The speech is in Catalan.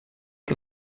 que